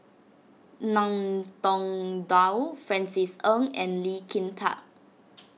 Ngiam Tong Dow Francis Ng and Lee Kin Tat